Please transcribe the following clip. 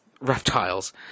reptiles